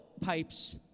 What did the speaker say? Pipes